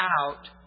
out